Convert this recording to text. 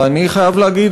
ואני חייב להגיד,